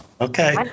Okay